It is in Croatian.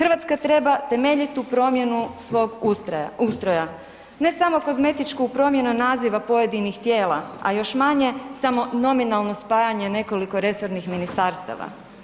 RH treba temeljitu promjenu svog ustroja, ne samo kozmetičku promjenu naziva pojedinih tijela, a još manje samo nominalno spajanje nekoliko resornih ministarstava.